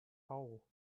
hole